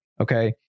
okay